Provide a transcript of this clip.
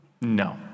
No